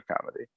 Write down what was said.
comedy